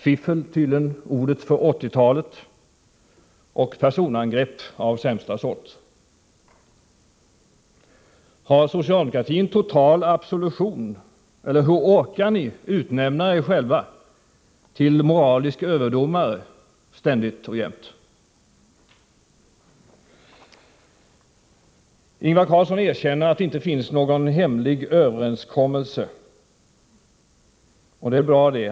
Fiffel är tydligen ordet för 1980-talet, följt av personangrepp av sämsta sort. Har socialdemokratin total absolution? Hur orkar ni ständigt och jämt utnämna er själva till moraliska överdomare? Ingvar Carlsson erkänner att det inte finns någon hemlig överenskommelse — och det är bra.